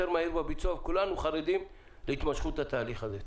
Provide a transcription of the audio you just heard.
כולנו חרדים להתמשכות התהליך הזה.